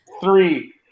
Three